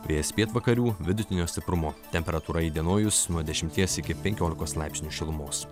vėjas pietvakarių vidutinio stiprumo temperatūra įdienojus nuo dešimties iki penkiolikos laipsnių šilumos